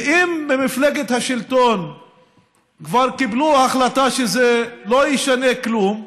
ואם במפלגת השלטון כבר קיבלו החלטה שזה לא ישנה כלום,